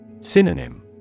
Synonym